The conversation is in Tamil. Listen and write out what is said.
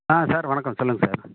ஆ சார் வணக்கம் சொல்லுங்கள் சார்